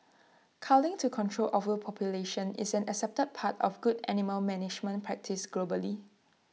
culling to control overpopulation is an accepted part of good animal management practice globally